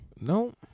no